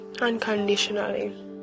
unconditionally